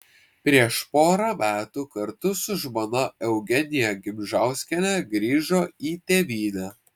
prieš porą metų kartu su žmona eugenija gimžauskiene grįžo į tėvynę